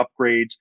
upgrades